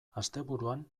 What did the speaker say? asteburuan